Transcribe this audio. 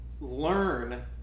learn